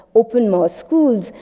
open more schools.